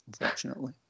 unfortunately